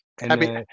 Happy